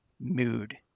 mood